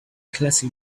classic